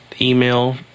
email